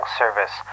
service